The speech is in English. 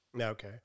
Okay